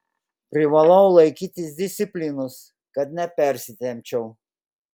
privalau laikytis disciplinos kad nepersitempčiau